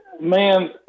Man